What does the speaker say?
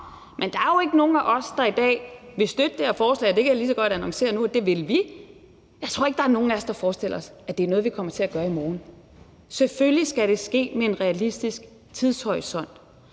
om. Der er jo næsten ikke nogen af os, der i dag vil støtte det her forslag, men jeg kan lige så godt annoncere nu, at det vil vi, men jeg tror ikke, at der er nogen af os, der forestiller sig, at det er noget, vi kommer til at gøre i morgen. Selvfølgelig skal det ske med en realistisk tidshorisont.